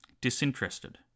disinterested